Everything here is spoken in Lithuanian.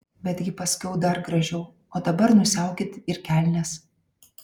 betgi paskiau dar gražiau o dabar nusiaukit ir kelnes